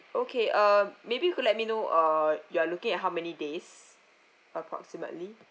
okay uh maybe you could let me know uh you are looking at how many days approximately